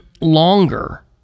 longer